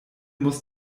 muss